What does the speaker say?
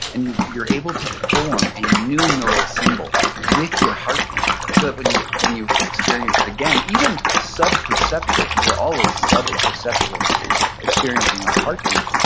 and you're able to form a new neural symbol with your heartbeat. so, that when you when you experience it again, even sub-perceptually, cause we're always sub-perceptually experiencing our heartbeat,